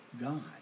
God